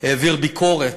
העביר ביקורת.